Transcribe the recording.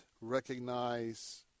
recognize